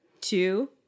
Two